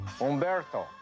Umberto